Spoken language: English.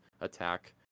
attack